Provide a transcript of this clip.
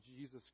Jesus